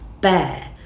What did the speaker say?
bear